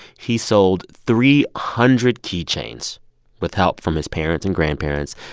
he sold three hundred key chains with help from his parents and grandparents.